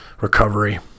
recovery